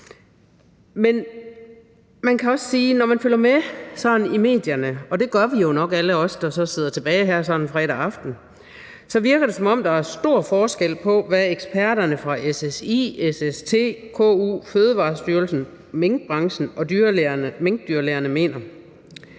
at når man følger med sådan i medierne – og det gør vi jo nok; alle os, der så sidder tilbage her sådan en fredag aften – så virker det, som om der er stor forskel på, hvad eksperterne fra SSI, SST, KU, Fødevarestyrelsen, minkbranchen og minkdyrlægerne mener.